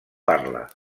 parla